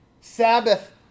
Sabbath